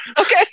Okay